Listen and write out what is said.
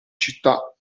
città